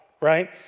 right